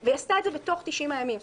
היא עשתה את זה בתוך 90 הימים.